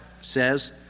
says